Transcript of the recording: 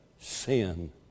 sin